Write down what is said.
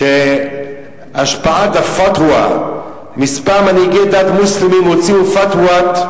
שהשפעת ה"פתווה" מנהיגי דת מוסלמים הוציאו "פתוות"